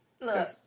Look